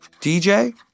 DJ